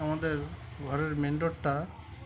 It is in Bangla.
আমাদের ঘরের মেন রোডটা